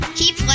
keep